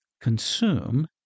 consume